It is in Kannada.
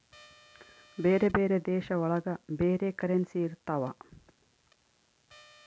ಬೇರೆ ಬೇರೆ ದೇಶ ಒಳಗ ಬೇರೆ ಕರೆನ್ಸಿ ಇರ್ತವ